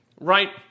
right